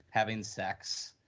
having sex,